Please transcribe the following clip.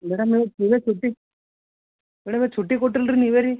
madam ನೀವು ತಿರ್ಗಿ ಚುಟ್ಟಿ ಮೇಡಮ್ ಚುಟ್ಟಿ ಕೊಟ್ಟಿಲ್ಲ ರೀ ನೀವೇ ರೀ